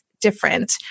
different